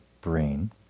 brain